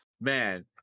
Man